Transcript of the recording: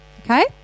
Okay